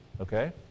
Okay